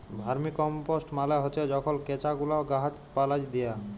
vermicompost মালে হছে যখল কেঁচা গুলা গাহাচ পালায় দিয়া